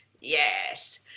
Yes